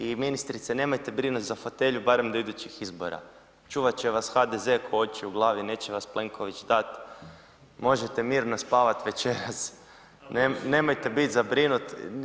I ministrice nemojte brinuti za fotelju barem do idućih izbora, čuvat će vas HDZ ko oči u glavi, neće vas Plenković dat, možete mirno spavati večeras, nemojte biti zabrinuti.